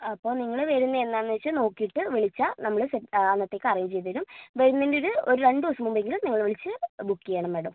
അപ്പോൾ നിങ്ങൾ വരുന്നതെന്നാണെന്നു വച്ചാൽ നോക്കിയിട്ട് വിളിച്ചാൾ നമ്മൾ സെറ്റ് അന്നത്തേക്ക് അറേഞ്ച് ചെയ്തുതരും വരുന്നതിൻ്റെയൊരു ഒരു രണ്ടുദിവസം മുമ്പെങ്കിലും നിങ്ങൾ വിളിച്ചു ബുക്കുചെയ്യണം മാഡം